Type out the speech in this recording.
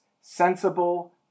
sensible